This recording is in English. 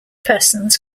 persons